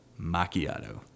macchiato